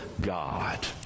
God